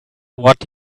what